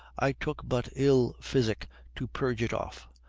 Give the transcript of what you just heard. i took but ill physic to purge it off,